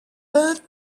that